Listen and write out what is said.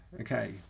Okay